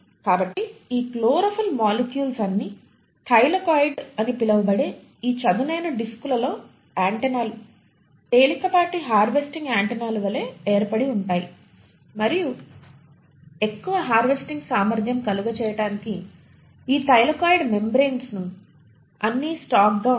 కాబట్టి ఈ chlorophyll molecules అన్ని థైలాకోయిడ్ అని పిలువబడే ఈ చదునైన డిస్కులలో యాంటెనాలు తేలికపాటి హార్వెస్టింగ్ యాంటెన్నాలు వలె ఏర్పడి ఉంటాయి మరియు ఎక్కువ హార్వెస్టింగ్ సామర్ధ్యం కలుగ చేయటానికి ఈ థైలాకోయిడ్ మెంబ్రేన్స్ను అన్ని స్టాక్ గా ఉంటాయి